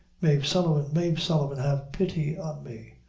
mave sullivan, mave sullivan, have pity on me!